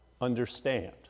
understand